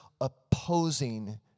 opposing